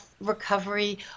recovery